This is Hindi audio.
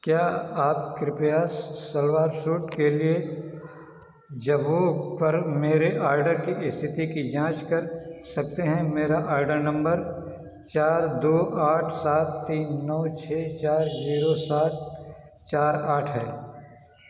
क्या आप कृपया सलवार सूट के लिए जबोग पर मेरे ऑर्डर की स्थिति की जांच कर सकते हैं मेरा ऑर्डर नम्बर चार दो आठ सात तीन नौ छः चार जीरो सात चार आठ है